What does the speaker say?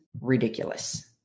ridiculous